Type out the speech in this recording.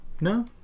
no